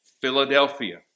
Philadelphia